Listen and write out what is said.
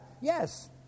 Yes